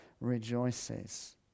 rejoices